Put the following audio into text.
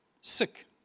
sick